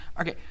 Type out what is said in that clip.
Okay